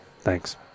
Thanks